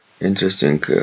Interesting